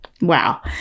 Wow